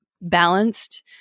balanced